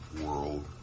world